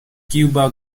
cuba